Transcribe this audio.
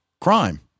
crime